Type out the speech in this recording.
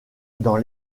dans